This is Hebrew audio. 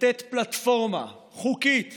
לתת פלטפורמה חוקית